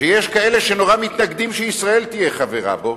ויש כאלה שנורא מתנגדים שישראל תהיה חברה בו,